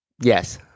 Yes